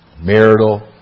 marital